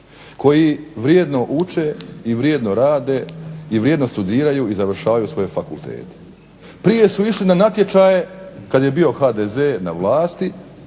koji vrijedno uče, vrijedno rade i vrijedno završavaju svoje fakultete. Prije su išli na natječaje kada je bio HDZ na vlasti,